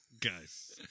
Guys